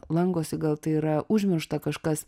lankosi gal tai yra užmiršta kažkas